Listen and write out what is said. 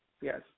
Yes